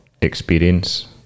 experience